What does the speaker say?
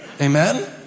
Amen